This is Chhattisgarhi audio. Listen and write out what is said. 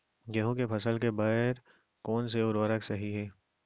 गेहूँ के फसल के बर कोन से उर्वरक सही है?